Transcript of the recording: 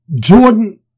Jordan